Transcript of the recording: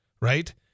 right